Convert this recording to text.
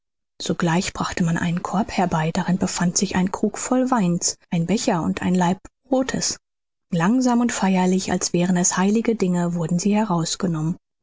sogleich brachte man einen korb herbei darin befand sich ein krug voll weins ein becher und ein laib brotes langsam und feierlich als wären es heilige dinge wurden sie herausgenommen